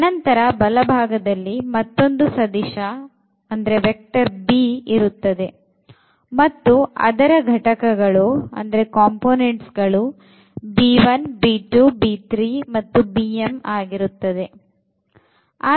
ಅನಂತರ ಬಲಭಾಗದಲ್ಲಿ ಮತ್ತೊಂದು ಸದಿಶ b ಇರುತ್ತದೆ ಮತ್ತು ಅದರ ಘಟಕಗಳು ಆಗಿರುತ್ತದೆ